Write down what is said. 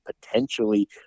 potentially